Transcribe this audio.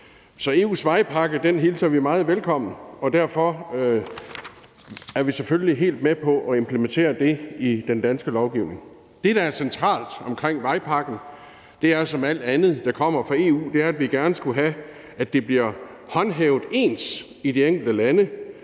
Så EU's vejpakke hilser vi meget velkommen, og derfor er vi selvfølgelig helt med på at implementere den i den danske lovgivning. Det, der er centralt i vejpakken, er som alt andet, der kommer fra EU, at vi gerne skulle have, at det bliver håndhævet ens i de enkelte lande,